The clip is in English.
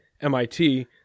MIT